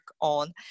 on